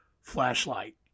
flashlight